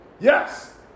Yes